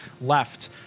left